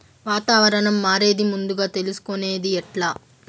వాతావరణం మారేది ముందుగా తెలుసుకొనేది ఎట్లా?